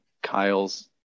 kyle's